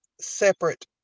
separate